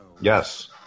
Yes